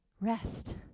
rest